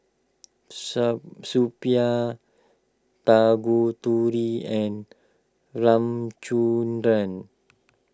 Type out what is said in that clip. Suppiah Tanguturi and Ramchundra